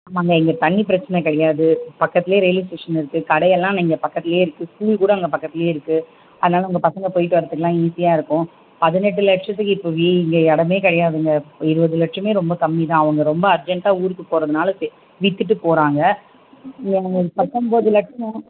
ஆமாம்ங்க இங்கே தண்ணி பிரச்சனை கிடையாது பக்கத்துல ரெயில்வே ஸ்டேஷன் இருக்கு கடையெல்லாம் இங்கே பக்கத்துலையே இருக்கு ஸ்கூல் கூட அங்கே பக்கத்துலையே இருக்கு அதனால் உங்கள் பசங்க போயிட்டு வர்றத்துக்குலாம் ஈஸியாக இருக்கும் பதினெட்டு லட்சத்துக்கு இப்போ வீ இங்கே இடமே கிடையாதுங்க இருபது லட்சமே ரொம்ப கம்மி தான் அவங்க ரொம்ப அர்ஜெண்ட்டாக ஊருக்கு போகறதுனால இப்போ விற்றுட்டு போகறாங்க ஒரு பத்தொம்பது லட்சம்